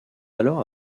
alors